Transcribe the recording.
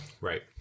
right